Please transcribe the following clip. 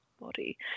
body